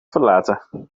verlaten